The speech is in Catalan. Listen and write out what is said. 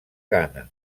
ghana